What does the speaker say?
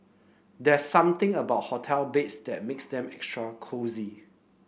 there's something about hotel beds that makes them extra cosy